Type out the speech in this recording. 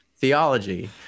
theology